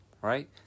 right